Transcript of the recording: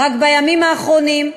רק בימים האחרונים,